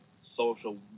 social